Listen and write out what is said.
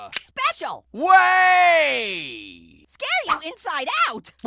ah special. way. scare you inside out.